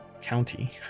County